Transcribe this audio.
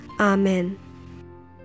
Amen